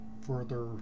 further